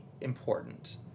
important